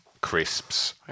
crisps